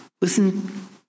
Listen